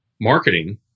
marketing